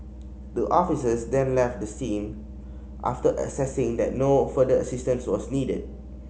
the officers then left the scene after assessing that no further assistance was needed